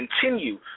continue